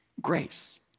grace